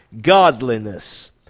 godliness